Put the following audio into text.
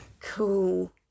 Cool